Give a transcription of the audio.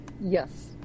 Yes